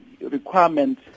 requirement